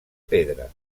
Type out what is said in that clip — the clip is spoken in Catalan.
pedra